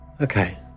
Okay